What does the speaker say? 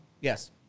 yes